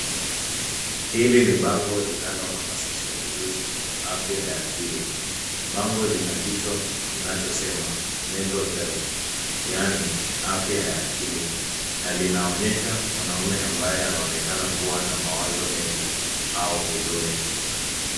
Hili ni bango linalohamasisha kuhusu afya ya akili. Bango lina kichwa kinachosema mental health yaani afya ya akili na linaonyesha mwanaume ambaye anaonekana kuwa na mawazo mengi au huzuni.